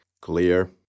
clear